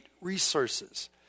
resources